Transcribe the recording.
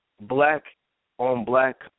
black-on-black